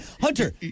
Hunter